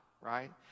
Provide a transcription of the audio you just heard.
right